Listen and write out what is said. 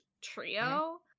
trio